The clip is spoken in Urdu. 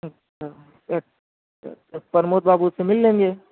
اچھا پرمود بابو سے مِل لیں گے